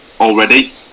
already